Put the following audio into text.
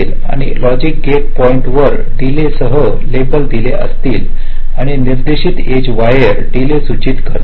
आणि logic gate point वर delay सह लेबल दिले जातील आणि निर्देशित एज वायर डीले सूचित करतात